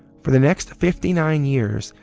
for the next fifty nine years,